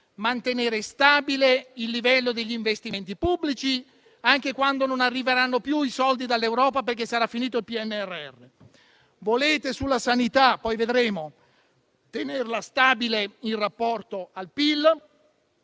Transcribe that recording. mantenere stabile il livello degli investimenti pubblici, anche quando non arriveranno più i soldi dall'Europa, perché sarà finito il PNRR; sulla sanità, volete tenerla stabile in rapporto al PIL;